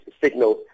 signals